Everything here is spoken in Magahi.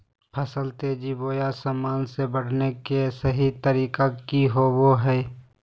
फसल तेजी बोया सामान्य से बढने के सहि तरीका कि होवय हैय?